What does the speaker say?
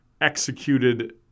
executed